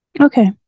Okay